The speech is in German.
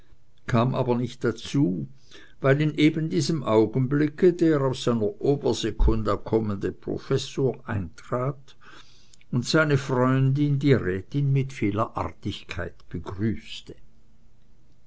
kam aber nicht dazu weil in eben diesem augenblicke der aus seiner obersekunda kommende professor eintrat und seine freundin die rätin mit vieler artigkeit begrüßte